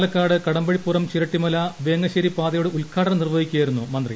പാലക്കാട് കടമ്പഴിപ്പുറം ചിരട്ടിമല വ്യേങ്ങ്ശ്ശേരി പാതയുടെ ഉദ്ഘാടനം നിർവ്വഹിക്കുകയായിരുന്നു മന്ത്രി